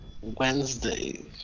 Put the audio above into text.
wednesday